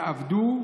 יעבדו,